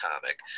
comic